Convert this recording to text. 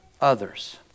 others